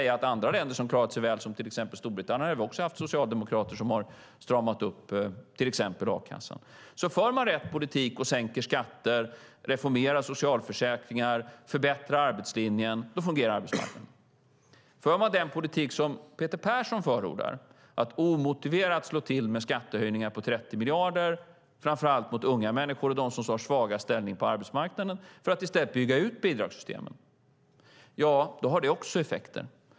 Andra länder som har klarat sig väl, exempelvis Storbritannien, har också haft socialdemokrater som har stramat upp till exempel a-kassan. För man rätt politik och sänker skatter, reformerar socialförsäkringar och förbättrar arbetslinjen fungerar arbetsmarknaden. För man den politik som Peter Persson förordar, att omotiverat slå till med skattehöjningar på 30 miljarder framför allt mot unga människor och mot dem som har svagast ställning på arbetsmarknaden för att i stället bygga ut bidragssystemen, får det också effekter.